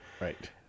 Right